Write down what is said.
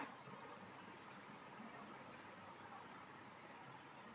क्या हर देश में खाता नंबर सोलह नंबरों का होता है?